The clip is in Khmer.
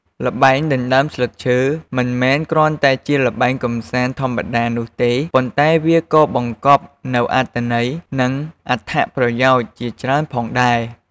ល្បែងដណ្ដើមស្លឹកឈើ មិនមែនគ្រាន់តែជាល្បែងកម្សាន្តធម្មតានោះទេ ប៉ុន្តែវាក៏មានបង្កប់នូវអត្ថន័យ និងអត្ថប្រយោជន៍ជាច្រើនផងដែរ។